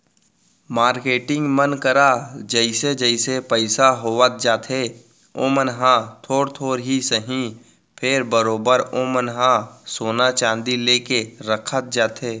marketing मन करा जइसे जइसे पइसा होवत जाथे ओमन ह थोर थोर ही सही फेर बरोबर ओमन ह सोना चांदी लेके रखत जाथे